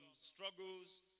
struggles